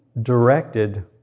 directed